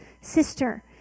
sister